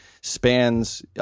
spans